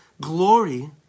glory